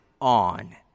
on